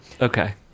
Okay